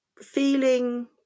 feeling